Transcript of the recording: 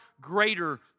greater